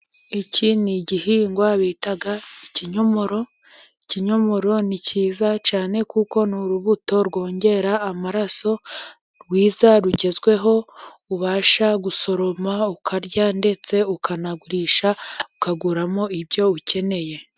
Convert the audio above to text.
Iki ni igihingwa bita ikinyomoro, ikinyomoro ni cyiza cyane kuko ni urubuto rwongera amaraso, rwiza rugezweho ubasha gusoroma ukarya, ndetse ukanagurisha ukaguramo ibyo ukeneye.